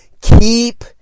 Keep